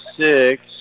six